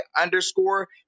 underscore